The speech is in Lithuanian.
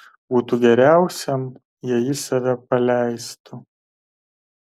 būtų geriausiam jei jis save paleistų